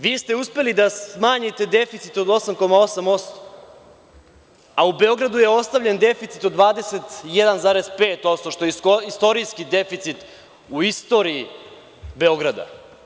Vi ste uspeli da smanjite deficit od 8,8%, a u Beogradu je ostavljen deficit od 21,5% što je istorijski deficit u istoriji Beograda.